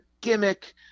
gimmick